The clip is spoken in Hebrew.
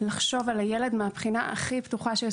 לחשוב על הילד מהבחינה הכי פתוחה שיש,